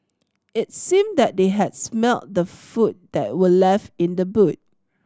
it seemed that they had smelt the food that were left in the boot